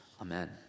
Amen